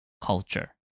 culture